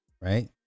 right